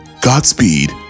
Godspeed